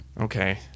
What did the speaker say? Okay